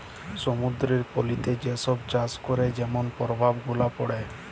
সমুদ্দুরের পলিতে যে ছব চাষ ক্যরে যেমল পরভাব গুলা পড়ে